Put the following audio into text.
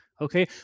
okay